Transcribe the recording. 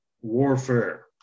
warfare